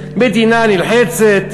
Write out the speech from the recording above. לוחצת, מדינה נלחצת,